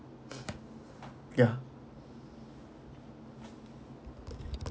ya